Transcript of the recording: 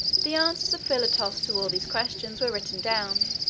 the answers of philotas to all these questions were written down,